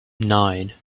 nine